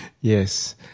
Yes